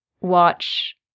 watch